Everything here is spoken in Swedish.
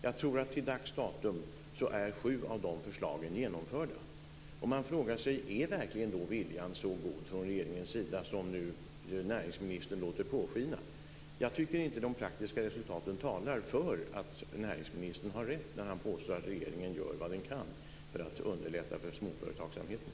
Jag tror att till dags dato är sju av de förslagen genomförda. Man frågar sig: Är verkligen viljan så god från regeringens sida som nu näringsministern låter påskina? Jag tycker inte att de praktiska resultaten talar för att näringsministern har rätt när han påstår att regeringen gör vad den kan för att underlätta för småföretagsamheten.